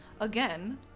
again